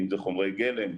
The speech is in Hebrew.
אם זה חומרי גלם,